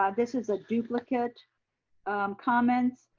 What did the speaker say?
um this is a duplicate comment.